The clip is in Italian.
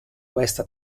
questa